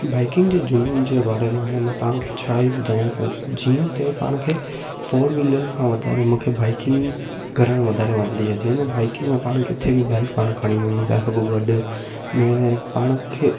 biking जे जुनून जे बारे में हाणे मां तव्हांखे छा हीअ ॿुधायां की जीअं त पाण खे फोर व्हीलर खां वाधारे मूंखे बाइकिंग करण वाधारे वणंदी आहे जंहिंमें बाइकिंग में पाण किथे बि बाइक पाण खणी वञी था सघूं गॾु न पाण खे